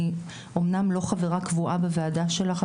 אני אמנם לא חברה קבועה בוועדה שלך,